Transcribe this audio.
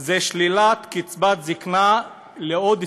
היא שלילת קצבת זקנה לעוד תקופה,